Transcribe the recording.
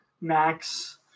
max